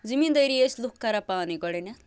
زٔمیٖنٛدٲری ٲسۍ لُکھ کَران پانَے گۄڈٕن۪تھ